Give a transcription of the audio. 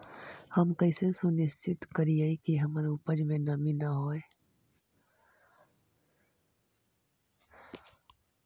हम कैसे सुनिश्चित करिअई कि हमर उपज में नमी न होय?